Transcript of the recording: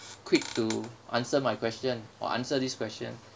quick to answer my question or answer this question